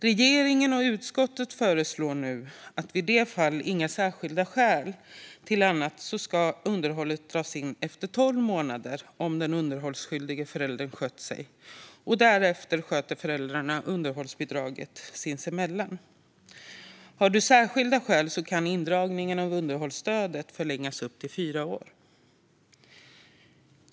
Regeringen och utskottet föreslår nu att i de fall då inga särskilda skäl finns ska underhållsstödet dras in efter tolv månader om den underhållsskyldige föräldern skött sig. Därefter sköter föräldrarna underhållsbidraget sinsemellan. Har du särskilda skäl kan indragningen av underhållsstödet skjutas upp i upp till fyra år.